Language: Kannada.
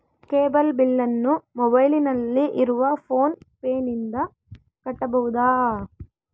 ಕೇಬಲ್ ಬಿಲ್ಲನ್ನು ಮೊಬೈಲಿನಲ್ಲಿ ಇರುವ ಫೋನ್ ಪೇನಿಂದ ಕಟ್ಟಬಹುದಾ?